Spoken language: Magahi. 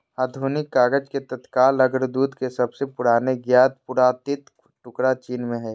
आधुनिक कागज के तत्काल अग्रदूत के सबसे पुराने ज्ञात पुरातात्विक टुकड़ा चीन में हइ